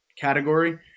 category